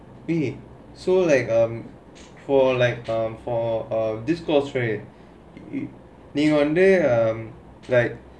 eh so like um for like um for uh this course right you under um like